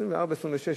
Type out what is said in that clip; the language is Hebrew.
24 או 26,